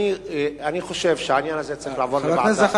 אני חושב שהעניין הזה צריך לעבור לוועדה.